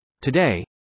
Today